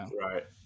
Right